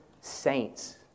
saints